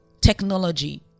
technology